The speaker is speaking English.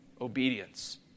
Obedience